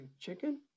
chicken